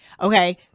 okay